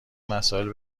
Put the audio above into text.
مسائل